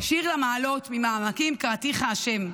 "שיר המעלות, ממעמקים קראתיך ה'.